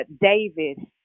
David